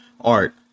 art